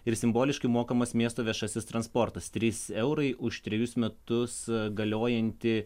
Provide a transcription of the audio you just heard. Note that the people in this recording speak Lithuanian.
ir simboliškai mokamas miesto viešasis transportas trys eurai už trejus metus galiojantį